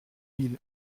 mille